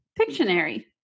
Pictionary